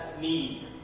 need